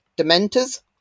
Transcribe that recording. Dementors